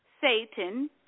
Satan